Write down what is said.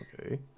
Okay